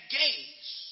gaze